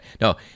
No